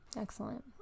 excellent